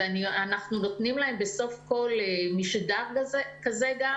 אנחנו נותנים להם בסוף כל משדר כזה גם